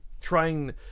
trying